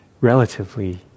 relatively